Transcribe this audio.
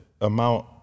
amount